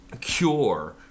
cure